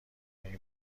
این